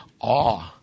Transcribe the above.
awe